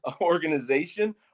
organization